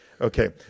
Okay